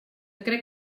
crec